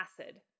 acid